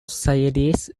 societies